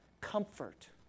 Comfort